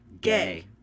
Gay